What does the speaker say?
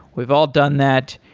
we've all done that.